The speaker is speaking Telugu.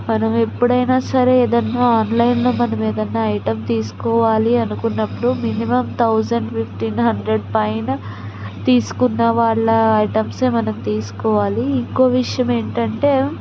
మనం ఎప్పుడైనా సరే ఏదన్నా ఆన్లైన్లో మనం ఏదన్నా ఐటమ్ తీసుకోవాలి అనుకున్నప్పుడు మినిమం థౌసండ్ ఫిఫ్టీన్ హండ్రెడ్ పైన తీసుకున్న వాళ్ళ ఐటెంసే మనం తీసుకోవాలి ఇంకో విషయం ఏంటంటే